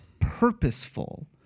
purposeful